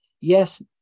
Yes